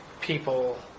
people